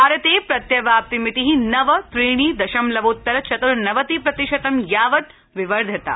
भारते प्रत्यवाप्तिमिति नव त्रीणि दशमलवोत्तर चतुर्नवति प्रतिशतं यावत् विवर्धिता